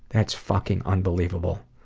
that's fucking unbelievable.